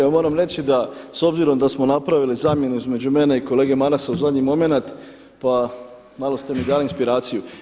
Ja moram reći da s obzirom da smo napravili zamjenu između mene i kolege Marasa u zadnji momenat, pa malo ste mi dali inspiraciju.